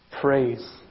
praise